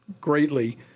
greatly